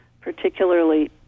particularly